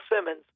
Simmons